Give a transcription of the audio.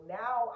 now